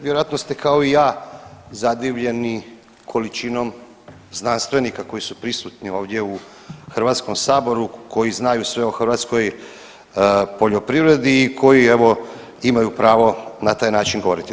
Vjerojatno ste kao i ja zadivljeni količinom znanstvenika koji su prisutni ovdje u HS-u koji znaju sve o hrvatskoj poljoprivredi i koji evo imaju pravo na taj način govoriti.